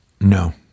No